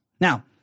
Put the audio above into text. Now